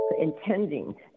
intending